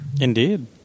Indeed